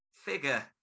Figure